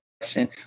question